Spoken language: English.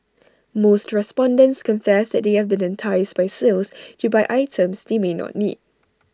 most respondents confess that they have been enticed by sales to buy items they may not need